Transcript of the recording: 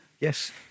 Yes